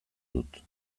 dut